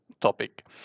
topic